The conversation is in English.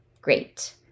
Great